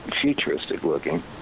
futuristic-looking